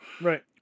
Right